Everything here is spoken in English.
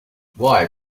why